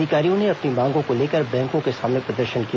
अधिकारियों ने अपनी मांगों को लेकर बैंकों के सामने प्रदर्शन किया